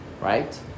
right